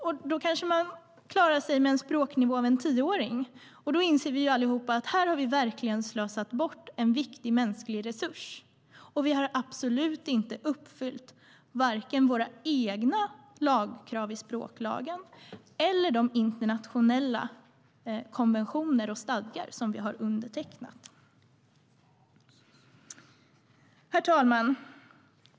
Man kan kanske klara sig med en 10-årings språknivå, men då inser vi allihop att här har vi verkligen slösat bort en viktig mänsklig resurs. Vi har absolut inte uppfyllt vare sig våra egna krav i språklagen eller de internationella konventioner och stadgar som vi har undertecknat. Herr talman!